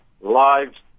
lives